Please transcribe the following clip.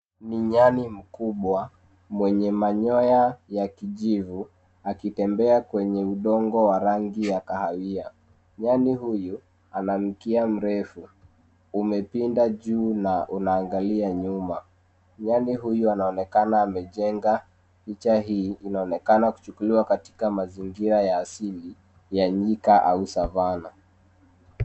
Ni nyani mkubwa, mwenye manyoya ya kijivu, akitembea kwenye udongo wa rangi ya kahawia. Nyani huyu ana mkia mrefu, umepinda juu na unaangalia nyuma. Nyani huyu anaonekana amejenga. Picha hii inaonekana kuchukuliwa katika mazingira ya asili ya nyika au savana.